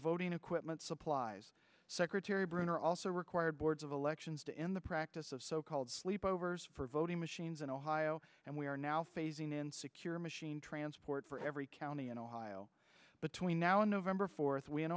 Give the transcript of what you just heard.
voting equipment supplies secretary brunner also required boards of elections to end the practice of so called sleep overs for voting machines in ohio and we are now phasing in secure machine transport for every county in ohio between now and november fourth we in